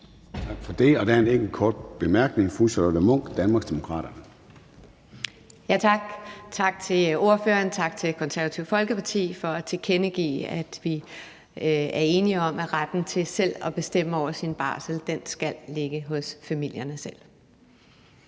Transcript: Tak for det. Der er en enkelt kort bemærkning, og det er fra fru Charlotte Munch, Danmarksdemokraterne. Kl. 16:21 Charlotte Munch (DD): Tak. Tak til ordføreren, og tak til Det Konservative Folkeparti for at tilkendegive, at de er enige i, at retten til selv at bestemme over sin barsel skal ligge hos familierne selv.